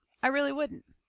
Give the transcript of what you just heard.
i really wouldn't.